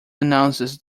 announces